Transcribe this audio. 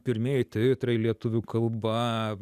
pirmieji titrai lietuvių kalba